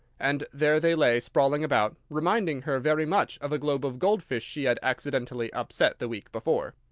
and there they lay sprawling about, reminding her very much of a globe of gold-fish she had accidentally upset the week before.